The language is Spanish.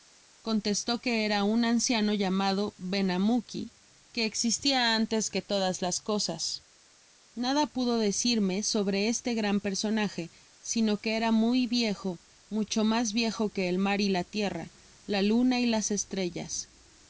contestó que era un anciano llamado benamouki que existia antes que todas las cosas nada pudodeci me sobre este gran personaje sino que era muy viejo mucho mas viejo que el mar y la tierra la luna y ias estrellas